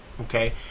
okay